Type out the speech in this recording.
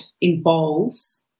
involves